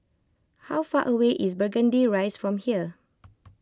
how far away is Burgundy Rise from here